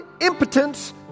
impotence